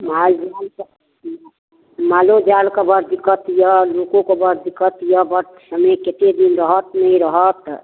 मालजालके मालो जालके बड़ दिक्कत यऽ लोकोके बड़ दिक्कत यऽ बड़ समय कते दिन रहत नहि रहत